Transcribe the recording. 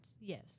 Yes